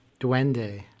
Duende